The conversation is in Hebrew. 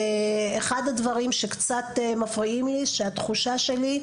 ואחד הדברים שקצת מפריעים לי שהתחושה שלי,